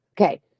Okay